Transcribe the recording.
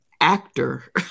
actor